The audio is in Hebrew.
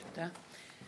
תודה.